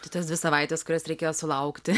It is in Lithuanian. tai tas dvi savaites kurias reikėjo sulaukti